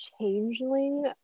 Changeling